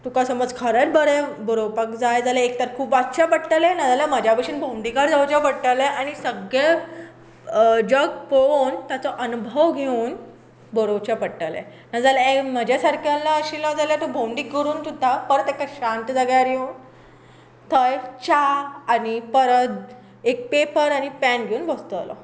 तुका समज खरेंच बरें बरोवपाक जाय जाल्यार एक तर खूब वाच्चे पडटले ना जाल्यार म्हज्या भाशेन भोंवडेकार जांवचे पडटले आनी सगळें जग पळोन ताचो अणभव घेवन बरोवचे पडटले ना जाल्यार म्हजे सारकेलो आशिल्लो जाल्यार भोंवडी करून सुदा परत एका शांत जाग्यार येवन थंय च्या आनी परत एक पेपर आनी पेन घेवन बसतलो